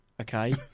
okay